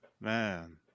man